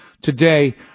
Today